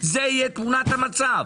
זאת תהיה תמונת המצב,